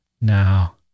Now